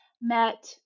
met